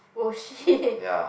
!oh shit!